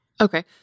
Okay